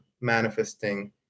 manifesting